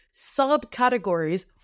subcategories